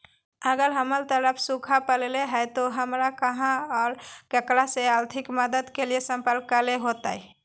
अगर हमर तरफ सुखा परले है तो, हमरा कहा और ककरा से आर्थिक मदद के लिए सम्पर्क करे होतय?